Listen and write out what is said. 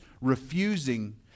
refusing